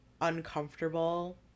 uncomfortable